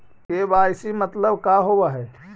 KYC मतलब का होव हइ?